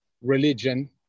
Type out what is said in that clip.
religion